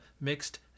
Mixed